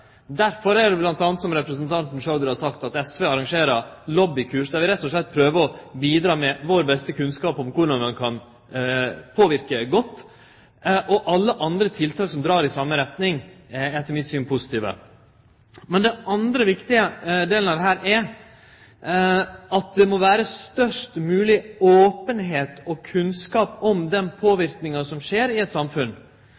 Derfor er det m.a. som representanten Chaudhry har sagt, at SV arrangerer lobbykurs, der vi rett og slett prøver å bidra med vår beste kunnskap om korleis ein kan påverke godt. Alle andre tiltak som dreg i same retning, er etter mitt syn positive. Den andre viktige delen av dette er at det må vere størst mogleg openheit og kunnskap om den